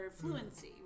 fluency